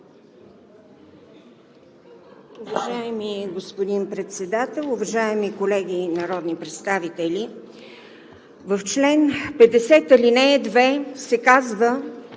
Уважаеми господин Председател, уважаеми колеги народни представители! В чл. 50, ал. 2 се казва